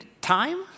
time